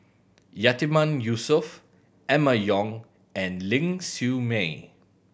Yatiman Yusof Emma Yong and Ling Siew May